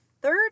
third